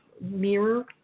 mirror